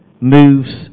moves